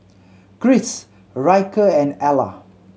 Kris Ryker and Ala